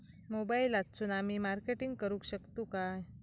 मोबाईलातसून आमी मार्केटिंग करूक शकतू काय?